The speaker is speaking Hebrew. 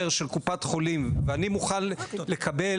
ההסדר של קופת החולים ואני מוכן לקבל